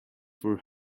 for